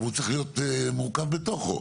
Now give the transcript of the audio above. והוא צריך להיות מורכב בתוכו.